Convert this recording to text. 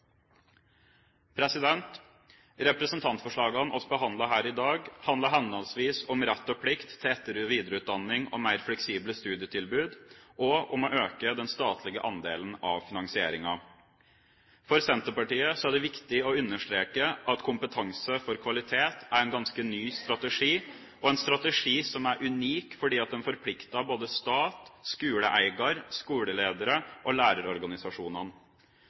Representantforslagene vi behandler her i dag, handler henholdsvis om rett og plikt til etter- og videreutdanning og mer fleksible studietilbud og om å øke den statlige andelen av finansieringa. For Senterpartiet er det viktig å understreke at Kompetanse for kvalitet er en ganske ny strategi – en strategi som er unik fordi den forplikter både stat, skoleeiere, skoleledere og lærerorganisasjonene.